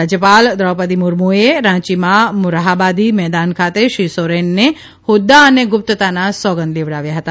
રાજયપાલ દ્રોપદી મુર્મુએ રાંચીમાં મોરહાબાદી મેદાન ખાતે શ્રી સોરેનને હોદ્દા અને ગુપ્તતાના સોગંદ લેવડાવ્યા હતા